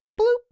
bloop